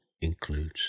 includes